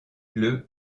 les